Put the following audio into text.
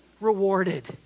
rewarded